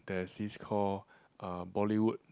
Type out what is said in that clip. there's this call uh Bollywood